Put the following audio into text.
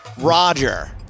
Roger